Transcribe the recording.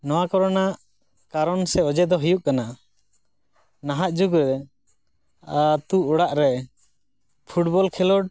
ᱱᱚᱣᱟᱠᱚ ᱨᱮᱱᱟᱜ ᱠᱟᱨᱚᱱ ᱥᱮ ᱚᱡᱮ ᱫᱚ ᱦᱩᱭᱩᱜ ᱠᱟᱱᱟ ᱱᱟᱦᱟᱜ ᱡᱩᱜᱽᱨᱮ ᱟᱛᱳ ᱚᱲᱟᱜ ᱨᱮ ᱯᱷᱩᱴᱵᱚᱞ ᱠᱷᱮᱞᱚᱰ